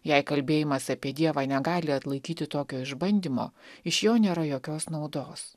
jei kalbėjimas apie dievą negali atlaikyti tokio išbandymo iš jo nėra jokios naudos